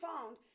found